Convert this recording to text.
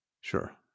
Sure